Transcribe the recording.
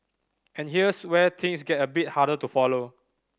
and here's where things get a bit harder to follow